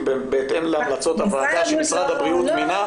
בהתאם להמלצות הוועדה שמשרד הבריאות מינה,